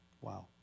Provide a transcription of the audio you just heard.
Wow